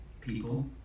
people